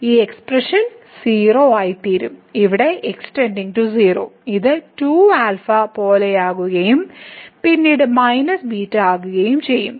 ഈ എക്സ്പ്രഷൻ 0 ആയിത്തീരും ഇവിടെ x → 0 ഇത് 2α പോലെയാകുകയും പിന്നീട് β ആകുകയും ചെയ്യും